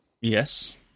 yes